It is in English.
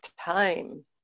time